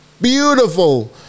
beautiful